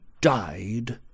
died